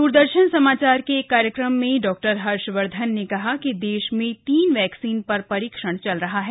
दूरदर्शन समाचार के एक कार्यक्रम में डॉक्टर हर्षवर्धन ने कहा कि देश मेंतीन वैक्सीन पर परीक्षण चल रहा है